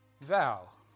Val